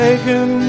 Taken